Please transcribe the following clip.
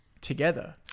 together